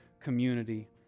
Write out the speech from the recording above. community